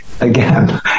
Again